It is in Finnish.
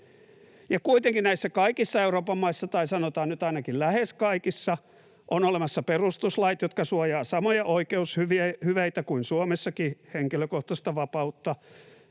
kuitenkin näissä kaikissa Euroopan maissa tai, sanotaan nyt, ainakin lähes kaikissa on olemassa perustuslait, jotka suojaavat samoja oikeushyveitä kuin Suomessakin, henkilökohtaista vapautta